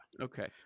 Okay